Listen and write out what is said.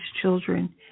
children